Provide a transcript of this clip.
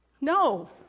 No